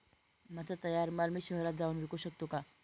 माझा तयार माल मी शहरात जाऊन विकू शकतो का?